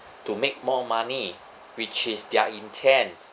to make more money which is their intent